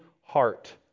heart